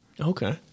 Okay